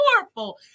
powerful